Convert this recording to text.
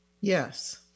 Yes